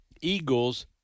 eagles